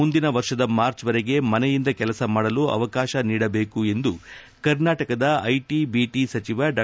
ಮುಂದಿನ ವರ್ಷದ ಮಾರ್ಚ್ವರೆಗೆ ಮನೆಯಿಂದ ಕೆಲಸ ಮಾಡಲು ಅವಕಾಶ ನೀಡಬೇಕು ಎಂದು ಕರ್ನಾಟಕದ ಐಟಿ ಬಿಟಿ ಸಚಿವ ಡಾ